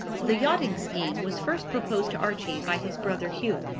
the yachting scheme was first proposed to archie by his brother hugh.